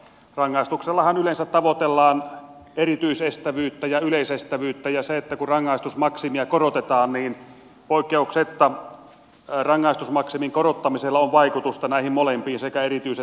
rangaistuksel lahan yleensä tavoitellaan erityisestävyyttä ja yleisestävyyttä ja kun rangaistusmaksimia korotetaan niin poikkeuksetta rangaistusmaksimin korottamisella on vaikutusta näihin molempiin sekä erityis että yleisestävyyteen